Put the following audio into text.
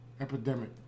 epidemic